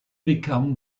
become